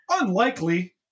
unlikely